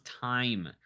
Time